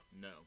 No